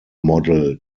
model